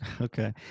Okay